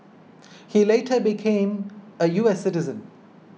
he later became a U S citizen